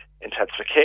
intensification